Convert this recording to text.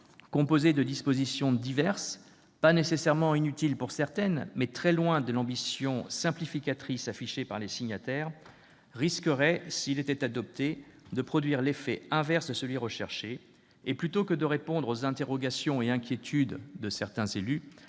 composé de dispositions diverses, pas nécessairement inutiles pour certaines, mais très loin de l'ambition simplificatrice affichée par les signataires, risquerait, s'il était adopté, de produire l'effet inverse de celui qui était recherché et, plutôt que de répondre aux interrogations et inquiétudes de certains élus,